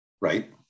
Right